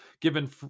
given